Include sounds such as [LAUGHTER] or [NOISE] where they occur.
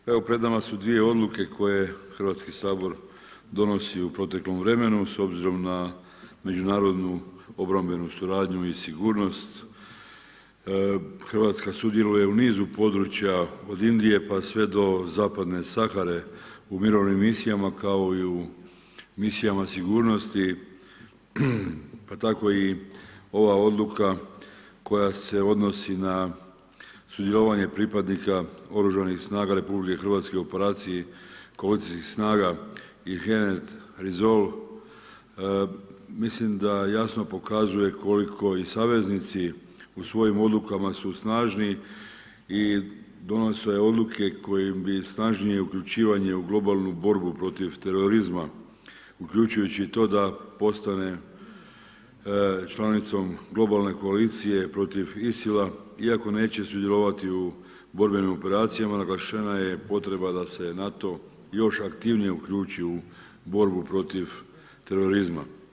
Pred nama su 2 odluke koje Hrvatski sabor donosi u proteklom vremenu s obzirom na međunarodnom obrambenu suradnju i sigurnost, Hrvatska sudjeluje u nizu područja od Indije, pa sve do zapadne Sahare u mirovinom misijama, kao i u misijama sigurnosti, pa tako i ova odluka koja se odnosi na sudjelovanje pripadnika oružanih snaga RH u operaciji … [UNINTELLIGIBLE] mislim da jasno pokazuje koliko i saveznici u svojim odlukama su snažni i donose odluke koje bi snažnije uključivanje u globalnu borbu protiv terorizma uključujući i to da postane članicom globalne koalicije protiv ISIL-a iako neće sudjelovati u borbenim operacijama naglašena je potrebna da se na to, još aktivnije uključi u borbu protiv terorizma.